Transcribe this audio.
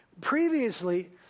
Previously